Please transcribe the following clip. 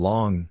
Long